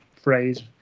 phrase